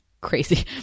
crazy